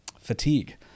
fatigue